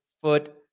foot